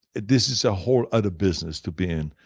this is a whole other business to be in,